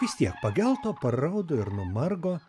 vis tiek pagelto paraudo ir numargo